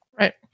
right